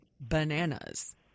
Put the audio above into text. bananas